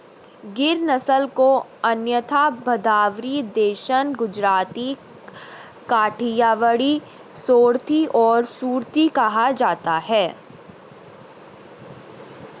गिर नस्ल को अन्यथा भदावरी, देसन, गुजराती, काठियावाड़ी, सोरथी और सुरती कहा जाता है